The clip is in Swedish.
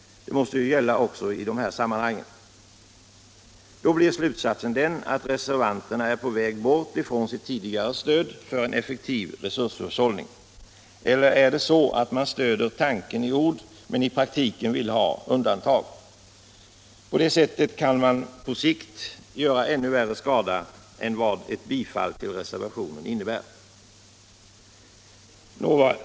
Det måste ju gälla också i detta sammanhang. Då blir slutsatsen den att reservanterna är på väg bort från sitt tidigare stöd för en effektiv resurshushållning. Eller är det så att man stöder tanken i ord men i praktiken vill ha undantag? På det sättet kan man på sikt göra ännu värre skada än vad ett bifall till reservationen innebär.